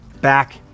back